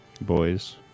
Boys